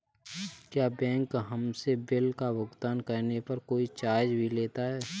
क्या बैंक हमसे बिल का भुगतान करने पर कोई चार्ज भी लेता है?